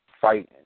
fighting